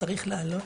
צריך לעלות?'